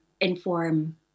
inform